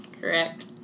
Correct